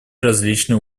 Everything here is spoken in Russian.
различные